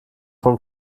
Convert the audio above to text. von